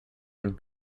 and